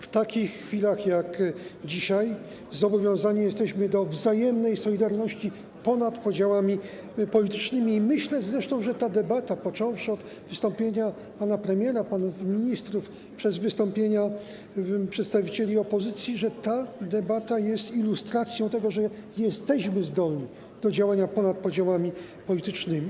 W takich chwilach jak dzisiaj zobowiązani jesteśmy do wzajemnej solidarności ponad podziałami politycznymi i myślę, że ta debata, począwszy od wystąpienia pana premiera, panów ministrów, po wystąpienia przedstawicieli opozycji, jest ilustracją tego, że jesteśmy zdolni do działania ponad podziałami politycznymi.